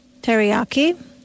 teriyaki